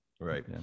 Right